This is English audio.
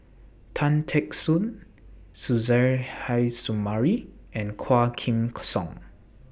Tan Teck Soon Suzairhe Sumari and Quah Kim Song